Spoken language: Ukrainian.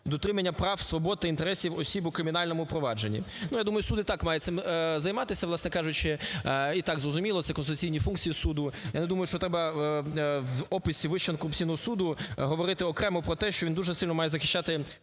дотримання прав, свобод та інтересів осіб у кримінальному провадженні. Я думаю, суд і так має цим займатися, власне кажучи, і так зрозуміло, це конституційні функції суду. Я не думаю, що треба в описі Вищого антикорупційного суду говорити окремо проте, що він дуже сильно має захищати